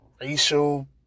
racial